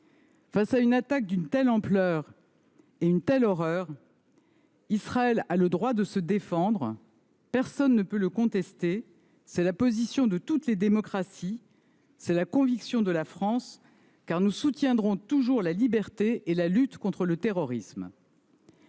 Face à une attaque d’une telle ampleur et d’une telle horreur, Israël a le droit de se défendre : personne ne peut le contester. C’est la position de toutes les démocraties et c’est la conviction de la France, car nous soutiendrons toujours la liberté et la lutte contre le terrorisme.